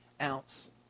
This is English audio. ounce